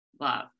Love